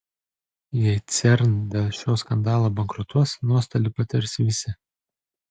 jei cern dėl šio skandalo bankrutuos nuostolį patirs visi